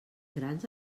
grans